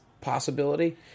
possibility